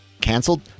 canceled